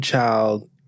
child